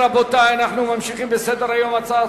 רבותי, אנחנו ממשיכים בסדר-היום: הצעת